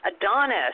Adonis